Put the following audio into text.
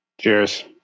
cheers